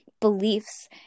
beliefs